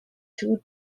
two